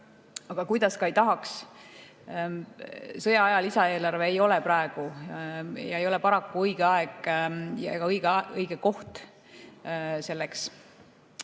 Aga kuidas ka ei tahaks, sõjaaja lisaeelarve ei ole paraku õige aeg ega õige koht selleks.